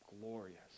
glorious